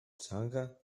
teanga